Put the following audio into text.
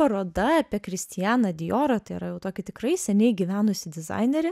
paroda apie kristianą diorą tai yra jau tokį tikrai seniai gyvenusį dizainerį